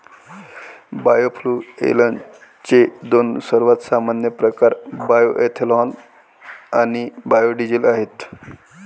बायोफ्युएल्सचे दोन सर्वात सामान्य प्रकार बायोएथेनॉल आणि बायो डीझेल आहेत